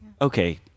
Okay